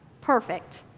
perfect